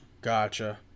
Gotcha